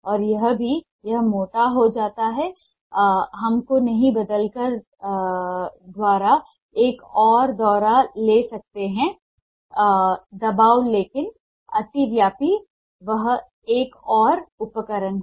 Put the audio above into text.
और यह भी यह मोटा हो जाता है हमको नहीं बदलकर द्वारा एक और दौर ले सकते हैं दबाव लेकिन अतिव्यापी वह एक और उपकरण है